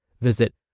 Visit